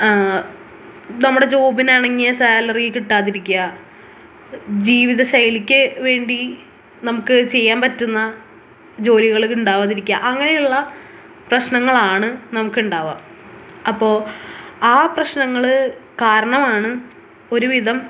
നമ്മുടെ ജോബിനിണങ്ങിയ സാലറി കിട്ടാതിരിക്കുക ജീവിത ശൈലിയ്ക്ക് വേണ്ടി നമുക്ക് ചെയ്യാൻ പറ്റുന്ന ജോലികൾ ഉണ്ടാവാതിരിക്കുക അങ്ങനെയുള്ള പ്രശ്നനങ്ങളാണ് നമുക്കുണ്ടാവുക അപ്പോൾ ആ പ്രശ്നങ്ങൾ കാരണമാണ് ഒരുവിധം